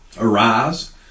Arise